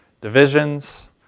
divisions